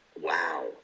Wow